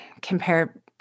compare